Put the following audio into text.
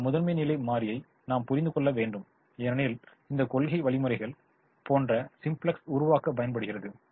இந்த முதன்மை நிலை மாறியை நாம் புரிந்து கொள்ள வேண்டும் ஏனெனில் இந்த கொள்கை வழிமுறைகள் போன்ற சிம்ப்ளெக்ஸை உருவாக்க பயன்படுகிறது